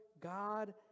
God